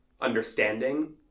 understanding